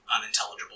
unintelligible